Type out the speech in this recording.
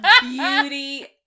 beauty